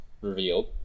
revealed